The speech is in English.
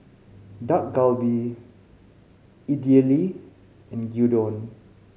Dak Galbi Idili and Gyudon